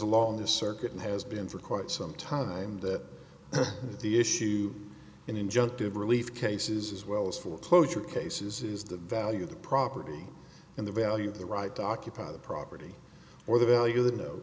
along the circuit and has been for quite some time that the issue in injunctive relief cases as well as foreclosure cases is the value of the property and the value of the right occupied the property or the value of the kno